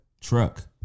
truck